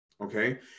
Okay